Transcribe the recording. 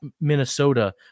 Minnesota